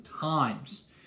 times